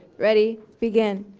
ready, begin.